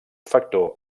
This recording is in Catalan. factor